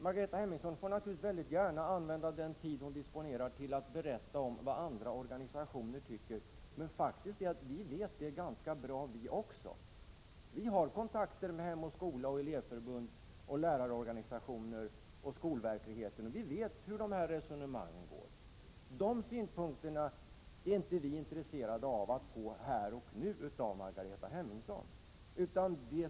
Margareta Hemmingsson får naturligtvis gärna använda den tid hon disponerar till att berätta om vad andra organisationer tycker. Men vi vet det faktiskt också ganska bra. Vi har kontakter med Hem och skola, elevförbund och lärarorganisationer samt med skolans verklighet. Vi känner till dessa resonemang. Men de synpunkterna är vi inte intresserade av att få här och nu av Margareta Hemmingsson.